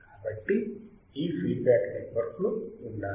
కాబట్టి ఈ feedback network లు ఉండాలి